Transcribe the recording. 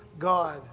god